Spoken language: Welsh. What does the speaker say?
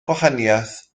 gwahaniaeth